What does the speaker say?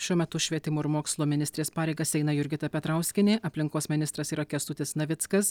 šiuo metu švietimo ir mokslo ministrės pareigas eina jurgita petrauskienė aplinkos ministras yra kęstutis navickas